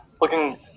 looking